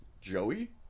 Joey